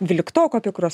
dvyliktokų apie kuriuos